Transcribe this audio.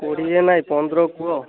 କୋଡ଼ିଏ ନାଇଁ ପନ୍ଦର କୁହ